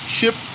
ship